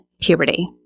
puberty